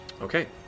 Okay